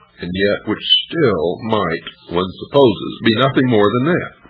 and yet which still might, one supposes, be nothing more than that.